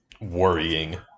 worrying